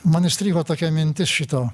man įstrigo tokia mintis šito